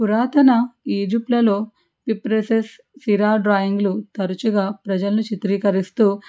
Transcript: పురాతన ఈజిప్ట్లలో విప్రోసిస్ సిరాన్ డ్రాయింగ్లు తరచుగా ప్రజలను చిత్రీకరిస్తూ